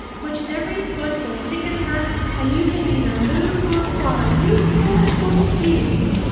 which every foot will kick and hurt, and you can neither move nor cry. you cruel, cruel beast!